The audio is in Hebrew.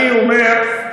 אני אומר,